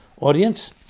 audience